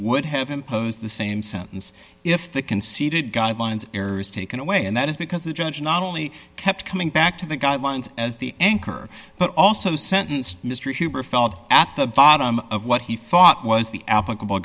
would have imposed the same sentence if the conceded guidelines error is taken away and that is because the judge not only kept coming back to the guidelines as the anchor but also sentenced mr huber felt at the bottom of what he thought was the applicable